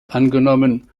angenommen